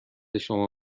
شما